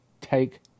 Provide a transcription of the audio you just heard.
take